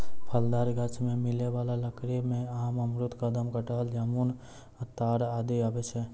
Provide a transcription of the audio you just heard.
फलदार गाछ सें मिलै वाला लकड़ी में आम, अमरूद, कदम, कटहल, जामुन, ताड़ आदि आवै छै